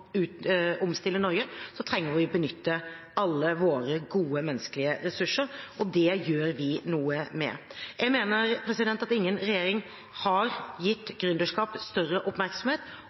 omstille Norge trenger vi å benytte alle våre gode menneskelige ressurser, og det gjør vi noe med. Jeg mener at ingen regjering har gitt gründerskap større oppmerksomhet,